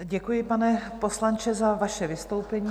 Děkuji, pane poslanče, za vaše vystoupení.